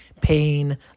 Pain